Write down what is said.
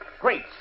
Great